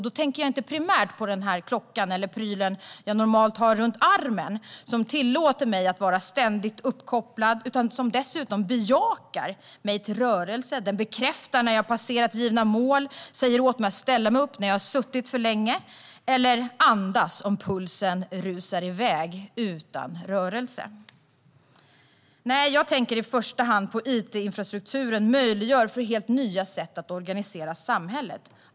Då tänker jag inte primärt på klockan eller prylen som jag normalt har på armen, som inte bara tillåter mig att ständigt vara uppkopplad utan som dessutom bejakar mig till rörelse. Den bekräftar när jag passerat givna mål, säger åt mig att ställa mig upp när jag suttit för länge eller att andas om pulsen rusar iväg utan att jag rört mig. Nej, jag tänker i första hand på hur it-infrastrukturen möjliggör helt nya sätt att organisera samhället.